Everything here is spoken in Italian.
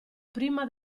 prima